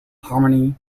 harmony